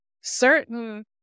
certain